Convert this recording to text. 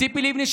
ציפי לבני,